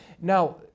Now